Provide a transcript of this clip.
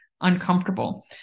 uncomfortable